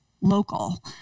local